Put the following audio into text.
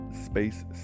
Space